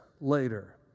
later